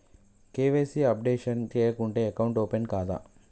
KYC updation చేయకుంటే account open కాదా?